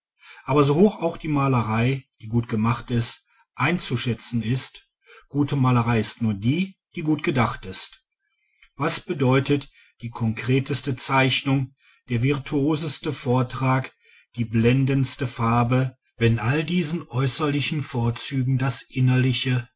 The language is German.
aber so hoch auch die malerei die gut gemacht ist einzuschätzen ist gute malerei ist nur die die gut gedacht ist was bedeutet die korrekteste zeichnung der virtuoseste vortrag die blendendste farbe wenn all diesen äußerlichen vorzügen das innerliche